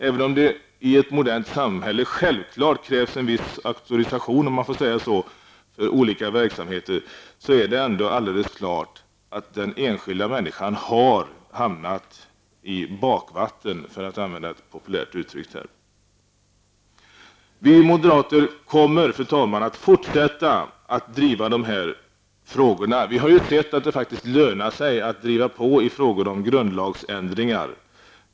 Även om det i ett modernt samhälle självfallet krävs en viss auktorisation, om man får uttrycka det så, för olika verksamheter, är det ändå alldeles klart att den enskilda människan har hamnat i bakvatten, för att använda ett populärt uttryck. Fru talman! Vi moderater kommer att fortsätta att driva de här frågorna. Vi har ju sett att det faktiskt lönar sig att driva på i frågor om grundlagsändringar.